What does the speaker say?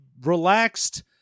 relaxed